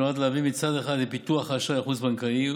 שנועד להביא מצד אחד לפיתוח האשראי החוץ-בנקאי,